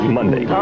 Monday